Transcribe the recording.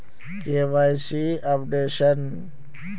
KYC updation?